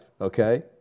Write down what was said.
okay